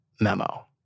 memo